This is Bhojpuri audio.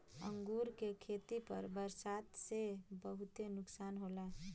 अंगूर के खेती पर बरसात से बहुते नुकसान होला